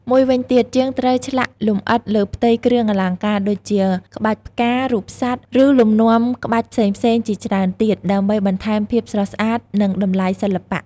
មួយវិញទៀត ជាងត្រូវឆ្លាក់លម្អិតលើផ្ទៃគ្រឿងអលង្ការ ដូចជា ក្បាច់ផ្កា រូបសត្វ ឬលំនាំក្បាច់ផ្សេងៗជាច្រើនទៀត ដើម្បីបន្ថែមភាពស្រស់ស្អាត និងតម្លៃសិល្បៈ។